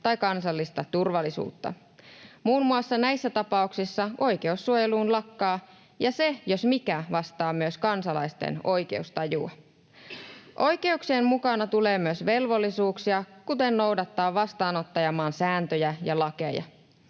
tai kansallista turvallisuutta. Muun muassa näissä tapauksissa oikeus suojeluun lakkaa — ja se jos mikä vastaa myös kansalaisten oikeustajua. Oikeuksien mukana tulee myös velvollisuuksia, kuten velvollisuus noudattaa vastaanottajamaan sääntöjä ja lakeja.